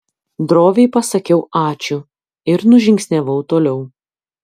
droviai pasakiau ačiū ir nužingsniavau toliau